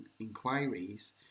inquiries